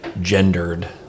gendered